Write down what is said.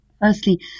firstly